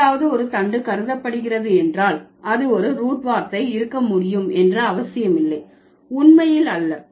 ஏதாவது ஒரு தண்டு கருதப்படுகிறது என்றால் அது ஒரு ரூட் வார்த்தை இருக்க முடியும் என்று அவசியமில்லை உண்மையில் அல்ல